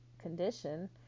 condition